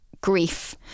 grief